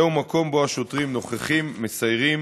זהו מקום שבו השוטרים נוכחים, מסיירים